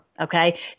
Okay